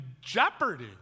jeopardy